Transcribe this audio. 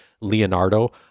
Leonardo